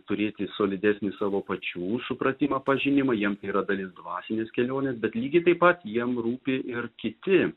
turėti solidesnį savo pačių supratimą pažinimą jiems tai yra dalis dvasinės kelionės bet lygiai taip pat jiem rūpi ir kiti